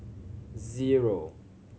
zero